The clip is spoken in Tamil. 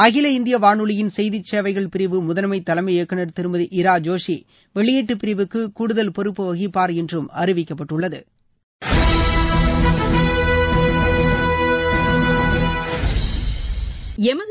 அகில இந்திய வானொலியின் செய்திச் சேவைகள் பிரிவு முதன்மை தலைமை இயக்குநர் திருமதி இரா ஜோஷி வெளியீட்டுப் பிரிவுக்கு கூடுதல் பொறுப்பு வகிப்பார் என்றும் அறிவிக்கப்பட்டுள்ளது